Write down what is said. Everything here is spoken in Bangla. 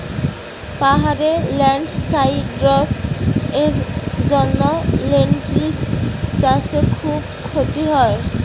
পাহাড়ে ল্যান্ডস্লাইডস্ এর জন্য লেনটিল্স চাষে খুব ক্ষতি হয়